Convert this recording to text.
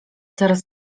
coraz